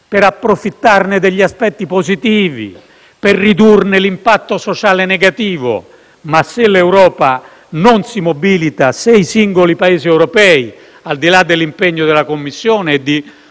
approfittare dei suoi aspetti positivi e ridurne l'impatto sociale negativo. Ma se l'Europa non si mobilita e se i singoli Paesi europei, al di là dell'impegno della Commissione e di